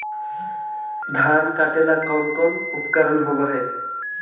धान काटेला कौन कौन उपकरण होव हइ?